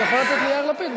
אני יכול לתת ליאיר לפיד,